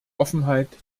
offenheit